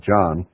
John